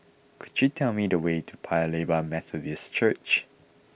could you tell me the way to Paya Lebar Methodist Church